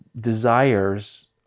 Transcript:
desires